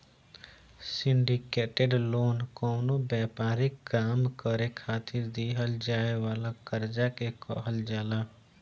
syndicated loan कवनो व्यापारिक काम करे खातिर दीहल जाए वाला कर्जा के कहल जाला